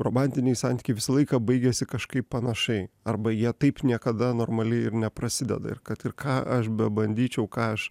romantiniai santykiai visą laiką baigiasi kažkaip panašiai arba jie taip niekada normaliai ir neprasideda ir kad ir ką aš bebandyčiau ką aš